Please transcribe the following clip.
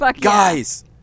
guys